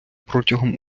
протягом